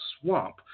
swamp